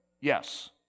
yes